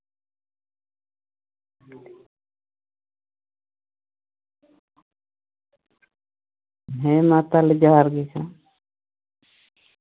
ᱦᱮᱸ ᱢᱟ ᱛᱟᱦᱞᱮ ᱡᱚᱦᱟᱨᱜᱮ